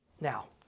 Now